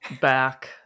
back